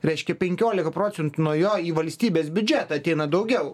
reiškia penkiolika procentų nuo jo į valstybės biudžetą ateina daugiau